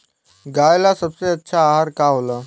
गाय ला सबसे अच्छा आहार का होला?